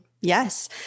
yes